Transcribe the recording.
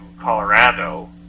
Colorado